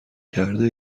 کرده